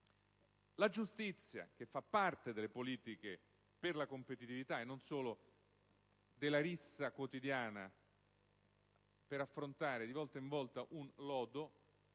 giustizia, che fa parte delle politiche per la competitività e non solo della rissa quotidiana per affrontare di volta in volta un lodo